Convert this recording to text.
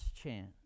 chance